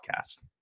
podcast